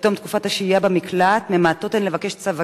בתום תקופת השהייה במקלט הן ממעטות לבקש צו הגנה,